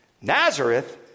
Nazareth